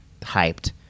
hyped